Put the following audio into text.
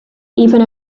even